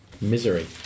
Misery